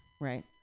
right